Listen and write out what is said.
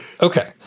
okay